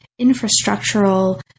infrastructural